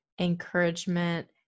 encouragement